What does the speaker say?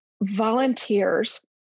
volunteers